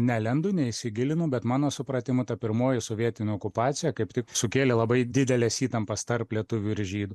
nelendu neįsigilinu bet mano supratimu ta pirmoji sovietinė okupacija kaip tik sukėlė labai dideles įtampas tarp lietuvių ir žydų